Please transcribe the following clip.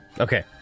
Okay